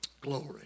Glory